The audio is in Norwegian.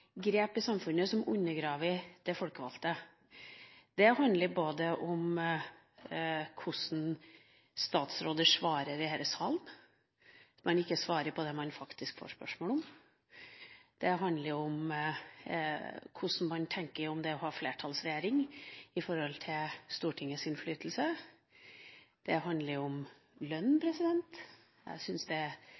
grep i samfunnet som undergraver det folkevalgte. Det handler om hvordan statsråder svarer i denne salen, at man ikke svarer på det man faktisk får spørsmål om. Det handler om hvordan man tenker om det å ha flertallsregjering i forhold til Stortingets innflytelse. Det handler om lønn. Jeg syns det